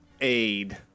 aid